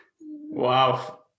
Wow